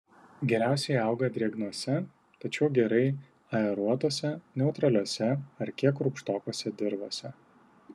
geriausiai auga drėgnose tačiau gerai aeruotose neutraliose ar kiek rūgštokose dirvose